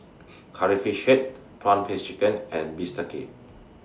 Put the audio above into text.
Curry Fish Head Prawn Paste Chicken and Bistake